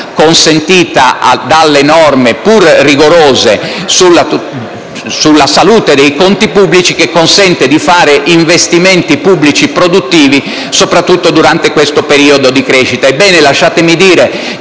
consentita dalle norme, pur rigorose, sulla salute dei conti pubblici che consente di fare investimenti pubblici produttivi, soprattutto durante questo periodo di crescita.